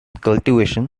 cultivation